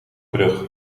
brug